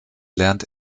lernt